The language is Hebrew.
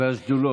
והשדולות.